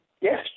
Yes